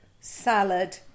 salad